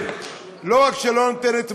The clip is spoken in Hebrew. לא רק שלא נותנת מענה,